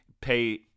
pay